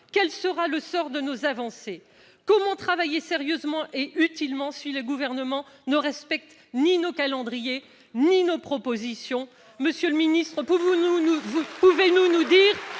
Quel sera le sort de nos avancées ? Comment travailler sérieusement et utilement si le Gouvernement ne respecte ni nos calendriers ni nos propositions ? Monsieur le ministre, pouvez-vous nous dire